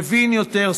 מבין יותר,